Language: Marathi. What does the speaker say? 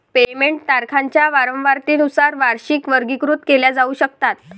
पेमेंट तारखांच्या वारंवारतेनुसार वार्षिकी वर्गीकृत केल्या जाऊ शकतात